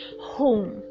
home